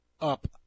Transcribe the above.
up